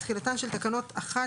תחילתן של תקנות 11,